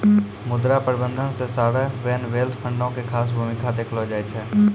मुद्रा प्रबंधन मे सावरेन वेल्थ फंडो के खास भूमिका देखलो जाय छै